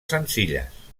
senzilles